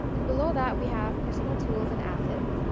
and below that we have personal tools and assets.